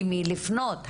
למי לפנות,